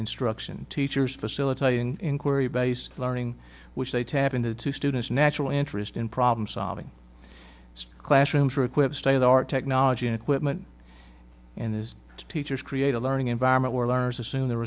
instruction teachers facilitating inquiry based learning which they tap into to students natural interest in problem solving classroom to equip state of the art technology and equipment and his teachers create a learning environment where learners assume the